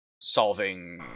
solving